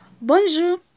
Bonjour